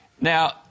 Now